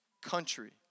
Country